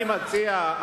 אני מציע,